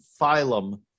phylum